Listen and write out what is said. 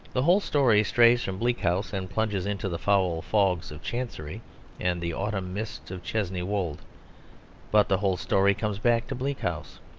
the whole story strays from bleak house and plunges into the foul fogs of chancery and the autumn mists of chesney wold but the whole story comes back to bleak house.